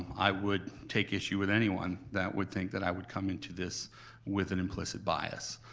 i would take issue with anyone that would think that i would come into this with an implicit bias.